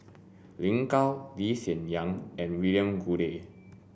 Lin Gao Lee Hsien Yang and William Goode